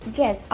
Yes